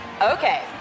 Okay